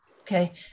okay